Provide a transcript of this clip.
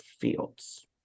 fields